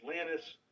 Atlantis